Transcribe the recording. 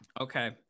Okay